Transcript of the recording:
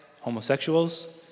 homosexuals